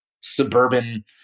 suburban